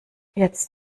jetzt